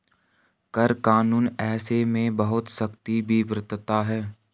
कर कानून ऐसे में बहुत सख्ती भी बरतता है